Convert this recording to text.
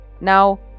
Now